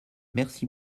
merci